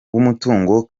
w’umutungo